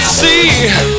see